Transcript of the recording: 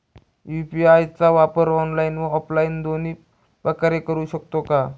UPI चा वापर online व ऑफलाईन दोन्ही प्रकारे करु शकतो का?